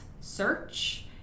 search